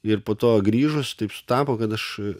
ir po to grįžus taip sutapo kad aš